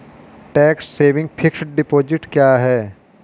Tax saving fixed deposit क्या है?